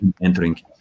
entering